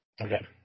Okay